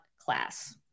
class